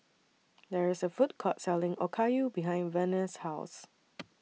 There IS A Food Court Selling Okayu behind Verner's House